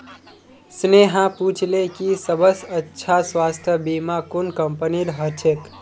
स्नेहा पूछले कि सबस अच्छा स्वास्थ्य बीमा कुन कंपनीर ह छेक